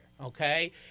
Okay